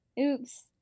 oops